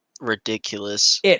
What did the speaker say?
ridiculous